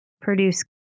produce